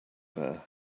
bear